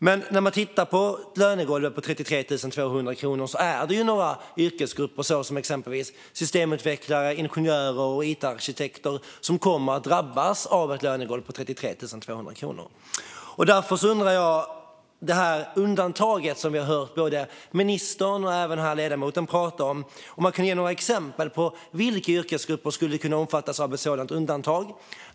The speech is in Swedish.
Men med ett lönegolv på 33 200 kronor är det yrkesgrupper som systemutvecklare, ingenjörer och it-arkitekter som kommer att drabbas. Därför undrar jag lite om det undantag som både ministern och ledamoten har talat om. Kan Jessica Rosencrantz ge några exempel på vilka yrkesgrupper som skulle kunna omfattas av ett sådant undantag?